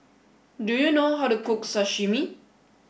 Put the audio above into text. do you know how to cook Sashimi